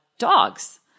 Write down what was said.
Dogs